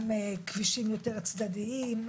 גם כבישים יותר צדדיים.